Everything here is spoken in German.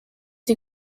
die